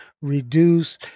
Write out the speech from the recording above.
reduce